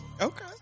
Okay